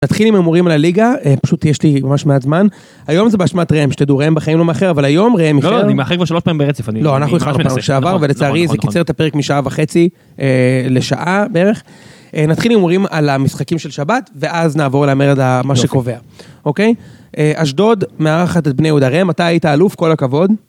נתחיל עם הימורים לליגה, פשוט יש לי ממש מעט זמן. היום זה באשמת ראם, שתדעו ראם בחיים לא מאחר, אבל היום ראם איחר. לא, אני מאחר כבר שלוש פעמים ברצף, אני ממש מנסה. לא, אנחנו איחרנו פעם שעברה, ולצערי זה קיצר את הפרק משעה וחצי לשעה בערך. נתחיל עם הימורים על המשחקים של שבת, ואז נעבור למרד מה שקובע, אוקיי? אשדוד מארחת בני יהודה ראם, אתה היית אלוף, כל הכבוד.